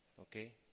okay